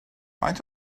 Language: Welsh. faint